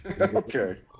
Okay